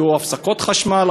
היו הפסקות חשמל,